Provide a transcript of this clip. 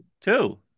Two